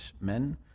men